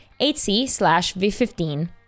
8C-V15